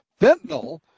fentanyl